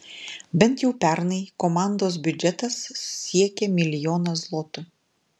bent jau pernai komandos biudžetas siekė milijoną zlotų